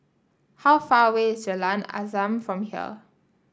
how far away is Jalan Azam from here